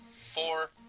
four